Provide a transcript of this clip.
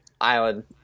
island